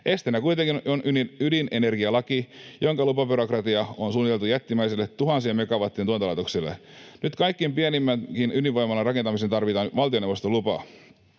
Esteenä kuitenkin on ydinenergialaki, jonka lupabyrokratia on suunniteltu jättimäisille tuhansien megawattien tuotantolaitoksille. Nyt kaikkein pienimmänkin ydinvoimalan rakentamiseen tarvitaan valtioneuvoston lupa.